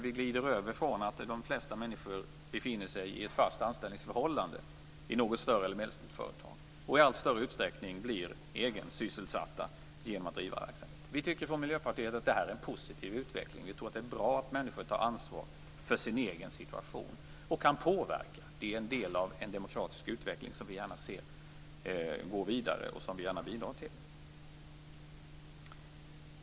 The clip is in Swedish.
Vi glider över från ett läge där de flesta människor befinner sig i ett fast anställningsförhållande i något större företag till en situation där man i allt större utsträckning blir egensysselsatt i ett företag. Vi i Miljöpartiet tycker att det här är en positiv utveckling. Det är bra att människor tar ansvar för och kan påverka sin egen situation. Det är en del av en demokratisk utveckling som vi gärna ser gå vidare och även vill bidra till.